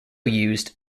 used